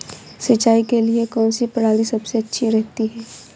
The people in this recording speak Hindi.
सिंचाई के लिए कौनसी प्रणाली सबसे अच्छी रहती है?